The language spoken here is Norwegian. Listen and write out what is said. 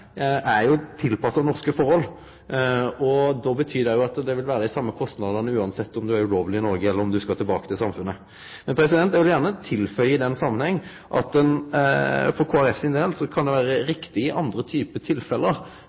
dei same kostnadene ein har om ein er ulovleg i Noreg, eller om ein skal tilbake i samfunnet. Eg vil gjerne i denne samanhengen tilføye at for Kristeleg Folkeparti kan det vere riktig i andre tilfelle